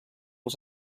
els